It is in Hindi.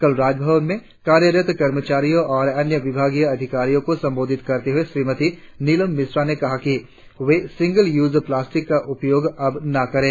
कल राजभवन में कार्यरत कर्मचारियों और अन्य विभागीय अधिकारियों को संबोधित करते हुए श्रीमती निलम मिश्रा ने कहा कि वे सिंगल यूज प्लास्टिक का उपयोग अब न करे